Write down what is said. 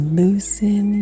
loosen